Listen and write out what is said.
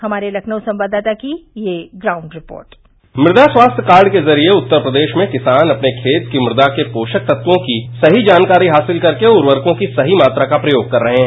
हमारे लखनऊ संवाददाता की यह ग्राउंड रिपोर्ट मुदा स्वास्थ्य कार्ड के जरिये उत्तर प्रदेश में किसान अपने खेत की मुदा के पोषक तत्वों की सही जानकारी हासिल करके उर्वरकों की सही मात्रा का प्रयोग कर रहे हैं